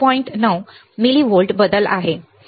9 millivolt बदल आहे